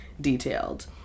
detailed